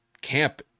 camp